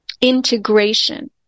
integration